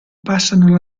passano